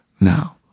now